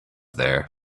there